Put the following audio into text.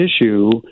issue